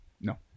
no